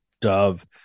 Dove